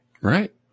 Right